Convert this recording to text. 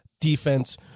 defense